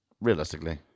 realistically